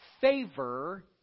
favor